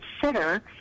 consider